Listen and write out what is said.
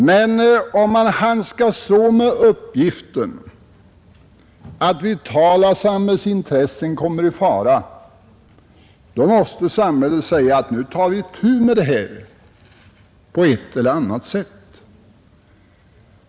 Men om man handskas så med uppgiften att vitala samhällsintressen kommer i fara, då måste samhället säga: Nu tar vi itu med det här på ett eller annat sätt.